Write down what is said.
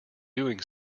doing